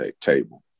table